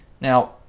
Now